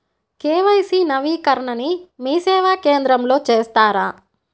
KYC నవీకరణని మీసేవా కేంద్రం లో చేస్తారా?